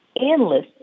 endless